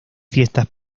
fiestas